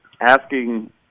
asking